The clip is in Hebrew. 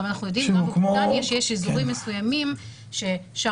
אנחנו גם יודעים שיש אזורים מסוימים שם